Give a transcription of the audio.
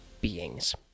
beings